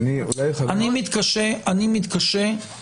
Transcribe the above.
אני מתקשה עם